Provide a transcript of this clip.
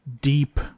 deep